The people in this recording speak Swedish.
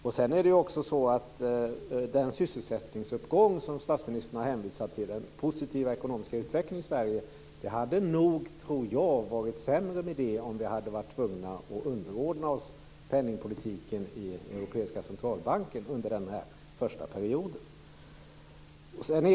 Det hade nog också varit sämre med den sysselsättningsuppgång och den positiva ekonomiska utveckling i Sverige som statsministern har hänvisat till, om vi hade varit tvungna att underordna oss penningpolitiken i Europeiska centralbanken under den här första perioden.